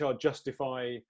justify